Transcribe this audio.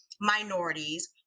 minorities